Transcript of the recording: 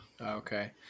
okay